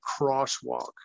crosswalk